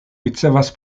ricevas